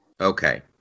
Okay